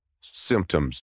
symptoms